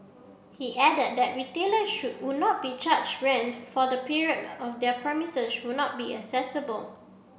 he added that retailer should would not be charged rent for the period of their premises would not been accessible